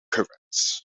currents